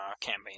campaign